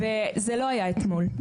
זה לא היה אתמול.